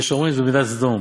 ויש אומרין, זו מידת סדום.